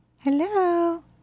Hello